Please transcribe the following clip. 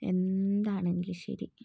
എന്താണെങ്കിലും ശരി